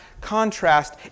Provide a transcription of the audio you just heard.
contrast